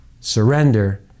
surrender